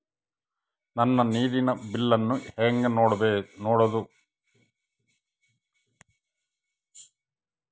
ನನ್ನ ನೇರಿನ ಬಿಲ್ಲನ್ನು ಹೆಂಗ ನೋಡದು?